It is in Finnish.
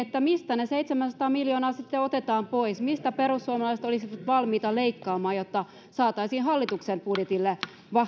mistä ne seitsemänsataa miljoonaa sitten otetaan pois mistä perussuomalaiset olisivat valmiita leikkaamaan jotta saataisiin hallituksen budjetille